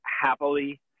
happily